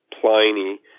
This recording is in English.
Pliny